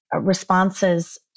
responses